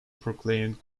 proclaimed